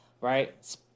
Right